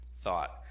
thought